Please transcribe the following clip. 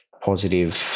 positive